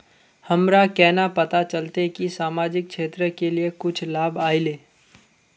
हमरा केना पता चलते की सामाजिक क्षेत्र के लिए कुछ लाभ आयले?